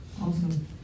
Awesome